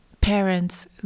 parents